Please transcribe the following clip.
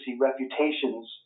reputations